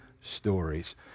stories